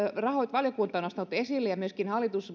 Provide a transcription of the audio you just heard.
valiokunta on nostanut esille ja myöskin hallitus